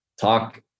talk